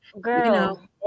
Girl